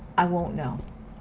i won't know.